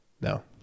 No